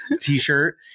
t-shirt